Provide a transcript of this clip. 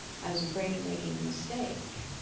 i was afraid of making a mistake.